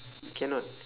cannot